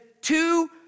two